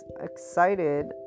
excited